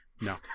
No